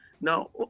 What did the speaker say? now